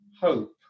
hope